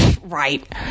Right